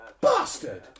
Bastard